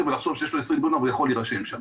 ולחשוב שיש לו 20 דונם והוא יכול להירשם שם.